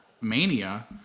mania